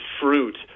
fruit